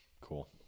cool